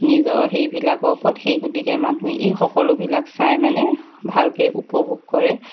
নিজৰ সেইবিলাকৰ ওপৰত সেই গতিকে মানুহে এই সকলোবিলাক চাই মানে ভালকৈ উপভোগ কৰে